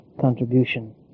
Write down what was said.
contribution